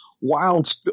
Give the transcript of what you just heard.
Wild